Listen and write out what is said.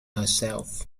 herself